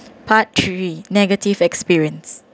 part three negative experience